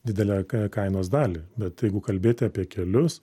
didelę ka kainos dalį bet jeigu kalbėti apie kelius